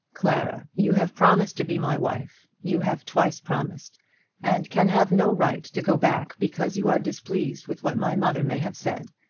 clara, you have promised to be my wife. you have twice promised and can have no right to go back because you are displeased with what my mother may have said.